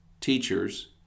teachers